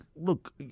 look